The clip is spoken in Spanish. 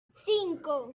cinco